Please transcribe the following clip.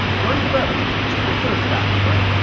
journey to better and clear skies friend!